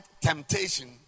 temptation